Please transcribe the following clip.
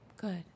good